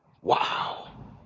Wow